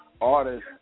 Artists